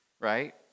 right